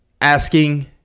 Asking